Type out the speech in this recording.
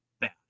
bad